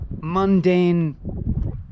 mundane